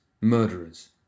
murderers